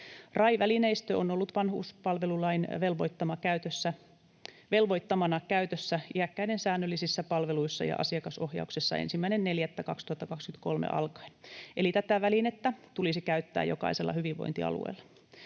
RAI-välineistö on ollut vanhuspalvelulain velvoittamana käytössä iäkkäiden säännöllisissä palveluissa ja asiakasohjauksessa 1.4.2023 alkaen, eli tätä välinettä tulisi käyttää jokaisella hyvinvointialueella.